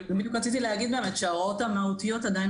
אני בדיוק רציתי לומר שההוראות המהותיות עדיין